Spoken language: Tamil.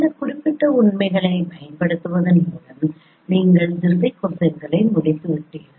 இந்த குறிப்பிட்ட உண்மைகளைப் பயன்படுத்துவதன் மூலம் நீங்கள் திசை கோசைன்களை முடித்துவிட்டீர்கள்